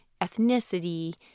ethnicity